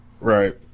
Right